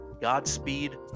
Godspeed